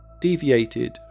deviated